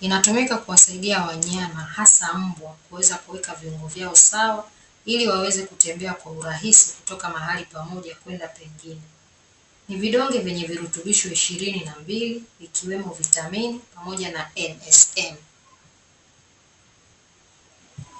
Inatumika kuwasaidia wanyama hasa mbwa; kuweza kuweka viungo vyao sawa ili waweze kutembea kwa urahisi kutoka mahali pamoja kwenda pengine. Ni vidonge vyenye virutubisho ishirini na mbili ikiwemo vitamini pamoja na NSM.